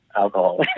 Alcohol